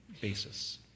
basis